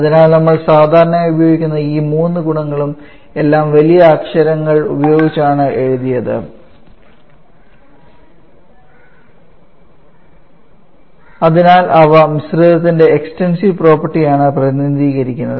അതിനാൽ നമ്മൾ സാധാരണയായി ഉപയോഗിക്കുന്ന ഈ മൂന്ന് ഗുണങ്ങളും എല്ലാം വലിയ അക്ഷരങ്ങൾ ഉപയോഗിച്ചാണ് എഴുതിയത് അതിനാൽ അവ മിശ്രിതത്തിന്റെ എക്സ്ടെൻസീവ് പ്രോപ്പർട്ടിയാണ് പ്രതിനിധീകരിക്കുന്നത്